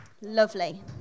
lovely